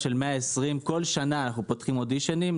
של 120. בכל שנה אנחנו פותחים אודישנים,